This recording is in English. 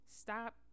stop